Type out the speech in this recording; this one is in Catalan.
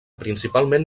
principalment